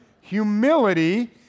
humility